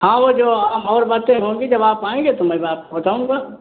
हाँ वो जो हम और बातें होंगी जब आप आएँगे तो मैं आपको बताऊँगा